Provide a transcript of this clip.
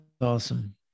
awesome